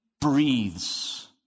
breathes